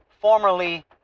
formerly